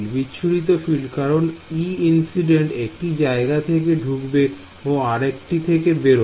বিচ্ছুরিত ফিল্ড কারণ Einc একটি জায়গা থেকে ঢুকবে ও আরেকটি থেকে বেরোবে